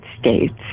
States